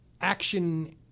action